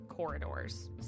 corridors